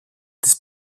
της